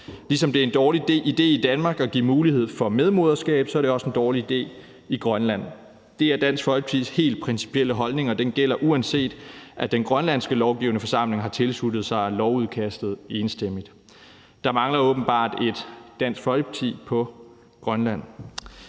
Ligesom det er en dårlig idé i Danmark at give mulighed for medmoderskab, er det også en dårlig idé i Grønland. Det er Dansk Folkepartis helt principielle holdning, og den gælder, uanset at den grønlandske lovgivende forsamling har tilsluttet sig lovudkastet enstemmigt. Der mangler åbenbart et Dansk Folkeparti i Grønland.